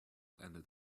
ended